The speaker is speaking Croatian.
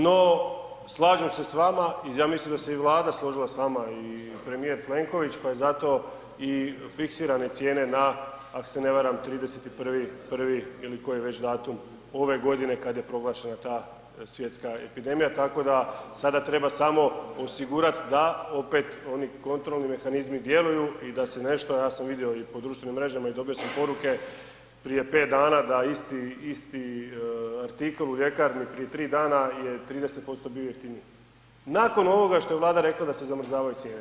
No slažem se s vama i ja mislim da se i Vlada složila s vama i premijer Plenković pa su zato i fiksirane cijene na ako se ne varam 31.1. ili koji već datum ove godine kad je proglašena ta svjetska epidemija tako da sada treba samo osigurat da opet oni kontrolni mehanizmi djeluju i da se nešto, ja sam vidio i po društvenim mrežama i dobio sam poruke prije pet dana da isti artikl u ljekarni prije tri dana je 30% bio jeftiniji, nakon ovoga što je Vlada rekla da se zamrzavaju cijene.